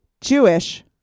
Jewish